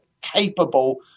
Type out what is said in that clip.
capable